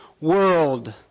world